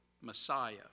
Messiah